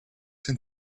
den